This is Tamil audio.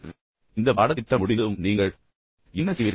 பாடத்தின் முடிவு இந்த பாடத்திட்டம் முடிந்ததும் நீங்கள் என்ன செய்வீர்கள்